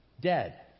dead